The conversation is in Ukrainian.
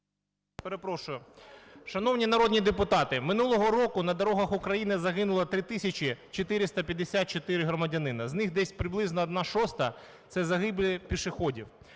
Перепрошую. Шановні народні депутати, минулого року на дорогах України загинуло 3 тисячі 454 громадянина, з них десь приблизно 1,6 - це загибель пішоходів.